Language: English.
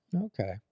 Okay